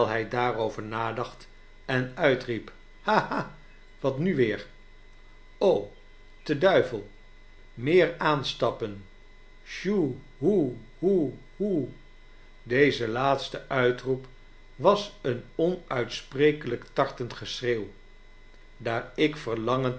hij daarover nadacht en uitriep ha ha wat nu weer te duivel meer aanstappen shoe hoe oe oe deze laatste uitroep was een onuitsprekelijk tartend geschreeuw daar ik verlangend